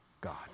God